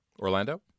Orlando